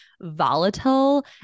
volatile